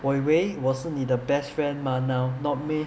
我以为我是你的 best friend mah now not meh